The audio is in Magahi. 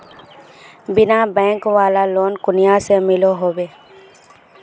बिना बैंक वाला लोन कुनियाँ से मिलोहो होबे?